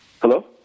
Hello